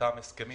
אותם הסכמים